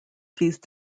these